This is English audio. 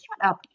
up